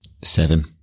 Seven